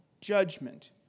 judgment